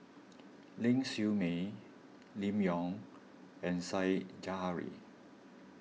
Ling Siew May Lim Yau and Said Zahari